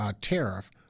tariff